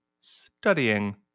studying